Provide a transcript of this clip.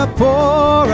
poor